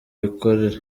bikorera